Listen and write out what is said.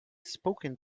spoken